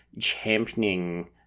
championing